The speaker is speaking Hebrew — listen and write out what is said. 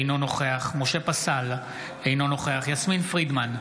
אינו נוכח משה פסל, אינו נוכח יסמין פרידמן,